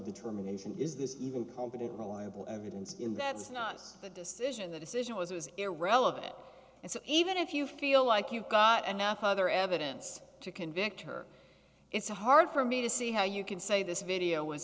determination is this even competent reliable evidence in that's not the decision the decision was irrelevant and so even if you feel like you've got enough other evidence to convict her it's hard for me to see how you can say this video was